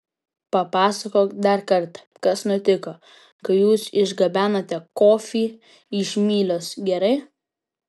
papasakok dar kartą kas nutiko kai jūs išgabenote kofį iš mylios gerai